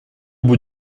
bout